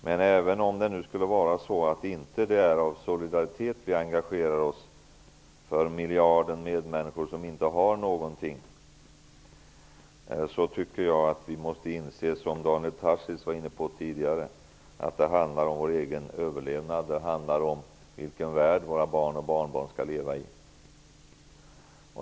Men även om det inte är av solidaritet som vi engagerar oss för den miljard medmänniskor som inte har något tycker jag att vi måste inse att det handlar om vår egen överlevnad, som Daniel Tarschys var inne på förut. Det handlar om vilken värld våra barn och barnbarn skall leva i.